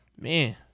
Man